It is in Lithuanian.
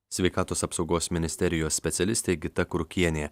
sveikatos apsaugos ministerijos specialistė gita krukienė